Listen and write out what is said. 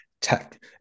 Tech